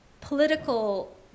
political